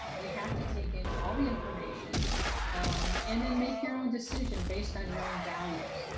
you have to take in all the information and then make your own decision based on your own values.